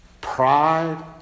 pride